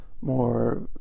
more